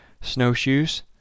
snowshoes